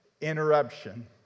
interruption